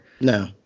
No